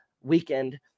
weekend